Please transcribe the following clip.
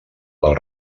del